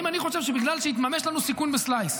האם אני חושב שבגלל שהתממש לנו סיכון בסלייס,